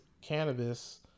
cannabis